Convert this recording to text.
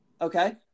Okay